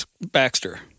Baxter